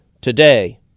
today